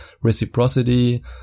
reciprocity